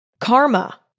karma